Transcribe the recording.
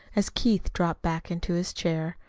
as keith dropped back into his chair.